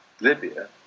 Libya